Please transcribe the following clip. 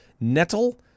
Nettle